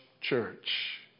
church